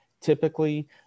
Typically